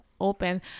open